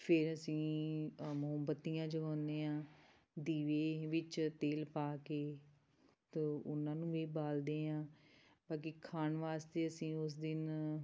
ਫਿਰ ਅਸੀਂ ਮੋਮਬੱਤੀਆਂ ਜਗਾਉਦੇ ਹਾਂ ਦੀਵੇ ਵਿੱਚ ਤੇਲ ਪਾ ਕੇ ਅਤੇ ਉਹਨਾਂ ਨੂੰ ਵੀ ਬਾਲਦੇ ਹਾਂ ਅੱਗੇ ਖਾਣ ਵਾਸਤੇ ਅਸੀਂ ਉਸ ਦਿਨ